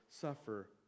suffer